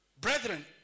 Brethren